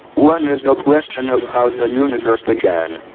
one is a question of how the universe began.